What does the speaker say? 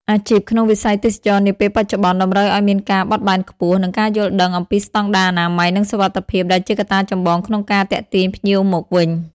អាជីពក្នុងវិស័យទេសចរណ៍នាពេលបច្ចុប្បន្ន តម្រូវឱ្យមានការបត់បែនខ្ពស់ និងការយល់ដឹងអំពីស្តង់ដារអនាម័យ និងសុវត្ថិភាពដែលជាកត្តាចម្បងក្នុងការទាក់ទាញភ្ញៀវមកវិញ។